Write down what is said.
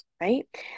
right